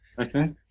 okay